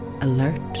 alert